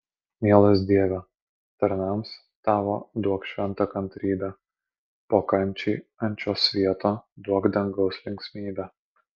mielas dieve tarnams tavo duok šventą kantrybę po kančiai ant šio svieto duok dangaus linksmybę